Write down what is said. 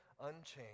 unchanged